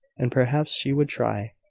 and perhaps she would try.